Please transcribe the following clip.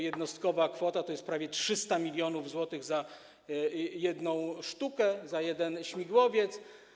Jednostkowa kwota to jest prawie 300 mln zł za jedną sztukę, za jeden śmigłowiec.